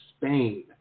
Spain